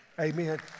Amen